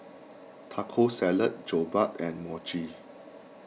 Taco Salad Jokbal and Mochi